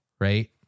right